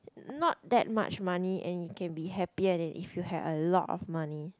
not that much money and you can be happy and if you have a lot of money